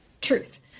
truth